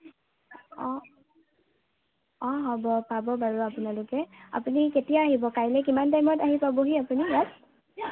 অ অ হ'ব পাব বাৰু আপোনালোকে আপুনি কেতিয়া আহিব কাইলৈ কিমান টাইমত আহি পাবহি আপুনি ইয়াত